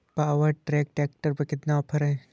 Power track tractor पर कितना offer है?